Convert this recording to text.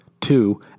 two